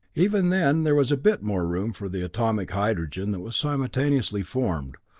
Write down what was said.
even then there was a bit more room for the atomic hydrogen that was simultaneously formed,